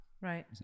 Right